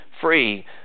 free